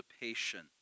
patient